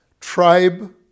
tribe